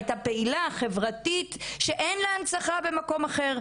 הייתה פעילה חברתית שאין לה הנצחה במקום אחר,